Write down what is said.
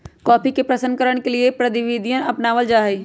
coffee के प्रशन करण के दो प्रविधियन अपनावल जा हई